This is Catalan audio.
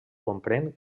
comprèn